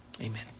Amen